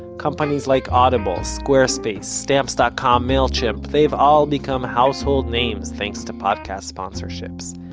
companies like audible, squarespace, stamps dot com, mailchimp they've all become household names thanks to podcast sponsorships.